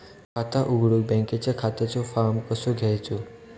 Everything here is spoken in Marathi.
खाता उघडुक बँकेच्या खात्याचो फार्म कसो घ्यायचो?